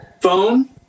phone